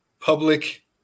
public